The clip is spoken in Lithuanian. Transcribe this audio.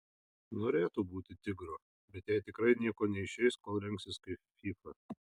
norėtų būti tigro bet jai tikrai nieko neišeis kol rengsis kaip fyfa